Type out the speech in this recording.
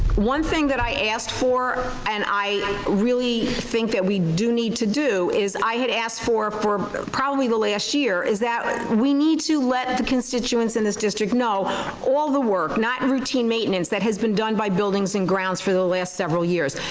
one thing that i asked for and i really think that we do need to do is i had asked for, for probably the last year, is we need to let the constituents in this district know all the work, not routine maintenance, that has been done by buildings and grounds for the last several years.